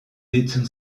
deitzen